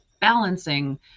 balancing